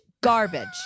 Garbage